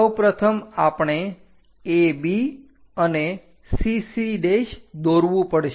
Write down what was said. સૌપ્રથમ આપણે AB અને CC દોરવું પડશે